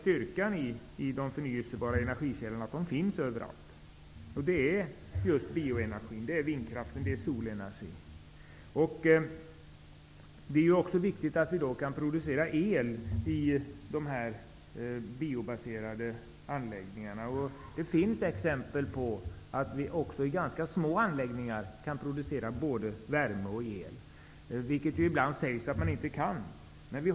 Styrkan i de förnyelsebara energikällorna är att de finns överallt -- bioenergi, vindkraft, solenergi m.m. Det är också viktigt att vi kan producera el i de biobränslebaserade anläggningarna. Det finns exempel på att man även i ganska små anläggningar kan producera både värme och el. Det sägs ibland att man inte kan göra det.